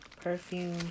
perfume